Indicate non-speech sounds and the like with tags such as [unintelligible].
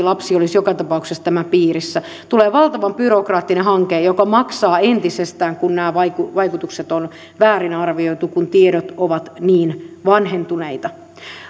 [unintelligible] lapsi olisi joka tapauksessa tämän piirissä tulee valtavan byrokraattinen hanke joka maksaa entisestään kun nämä vaikutukset vaikutukset on väärin arvioitu kun tiedot ovat niin vanhentuneita